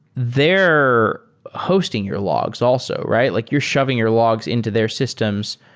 they're hosting your logs also, right? like you're shoving your logs into their systems.